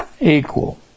equal